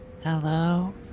Hello